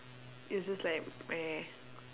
it's just like my